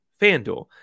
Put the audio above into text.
FanDuel